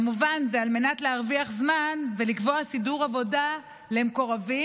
זה כמובן על מנת להרוויח זמן ולקבוע סידור עבודה למקורבים,